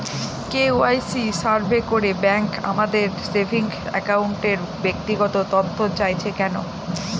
KYC survey করে bank আমাদের saving অ্যাকাউন্টের ব্যক্তিগত তথ্য চাইছে কেন?